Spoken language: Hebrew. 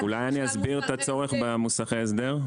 אולי אני אסביר את הצורך במוסכי הסדר?